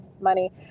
money